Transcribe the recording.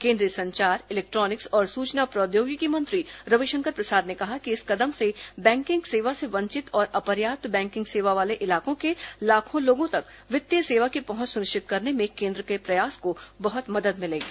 केंद्रीय संचार इलेक्ट्रॉनिक्स और सूचना प्रौद्योगिकी मंत्री रविशंकर प्रसाद ने कहा कि इस कदम से बैंकिंग सेवा से वंचित और अपर्याप्त बैंकिंग सेवा वाले इलाकों के लाखों लोगों तक वित्तीय सेवा की पहुंच सुनिश्चित करने में केन्द्र के प्रयास को बहुत मदद मिलेगी